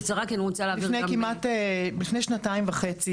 לפני שנתיים וחצי